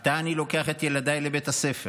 מתי אני לוקח את ילדיי לבית הספר,